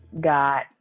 got